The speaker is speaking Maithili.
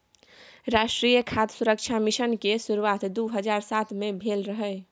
राष्ट्रीय खाद्य सुरक्षा मिशन के शुरुआत दू हजार सात मे भेल रहै